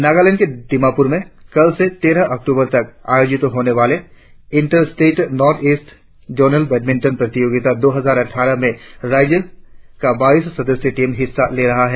नागालैंड के दिमापुर में कल से तेरह अक्टूबर तक आयोजित होने वाली inter state north east zonal badminton प्रतियोगिता दो हजार अटंठारह में राज्य का बाईस सदस्य टीम हिस्सा ले रहा है